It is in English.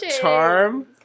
charm